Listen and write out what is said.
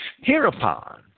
Hereupon